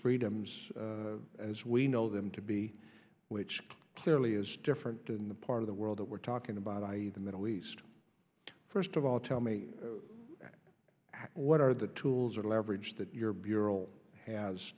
freedoms as we know them to be which clearly is different than the part of the world that we're talking about i e the middle east first of all tell me what are the tools or the leverage that your bureau has